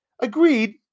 Agreed